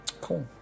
Cool